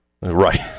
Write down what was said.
Right